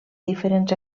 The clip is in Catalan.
diferents